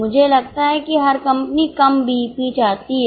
मुझे लगता है कि हर कंपनी कम बीईपी चाहती है